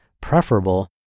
preferable